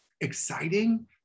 exciting